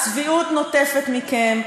הצביעות נוטפת מכם.